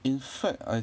in fact I